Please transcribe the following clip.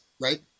right